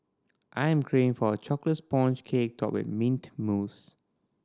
I'm craving for a chocolate sponge cake topped with mint mousse